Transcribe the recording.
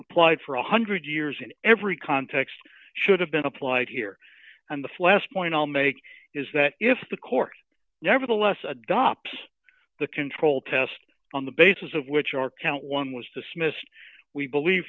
applied for one hundred years in every context should have been applied here and the flash point i'll make is that if the court nevertheless adopts the control test on the basis of which our count one was dismissed we believe